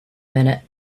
minute